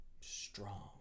strong